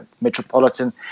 Metropolitan